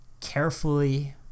Carefully